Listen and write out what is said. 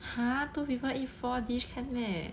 !huh! two people eat four dish can meh